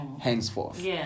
henceforth